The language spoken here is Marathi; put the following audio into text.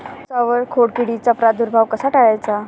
उसावर खोडकिडीचा प्रादुर्भाव कसा टाळायचा?